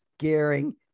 scaring